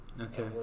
Okay